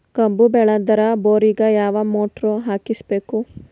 ಕಬ್ಬು ಬೇಳದರ್ ಬೋರಿಗ ಯಾವ ಮೋಟ್ರ ಹಾಕಿಸಬೇಕು?